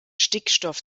stickstoff